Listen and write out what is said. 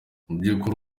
mubyukuri